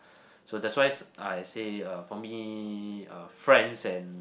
so that's why I say uh for me uh friends and